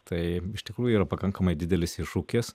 tai iš tikrųjų yra pakankamai didelis iššūkis